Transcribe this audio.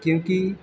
क्योंकि